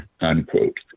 unquote